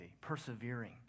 persevering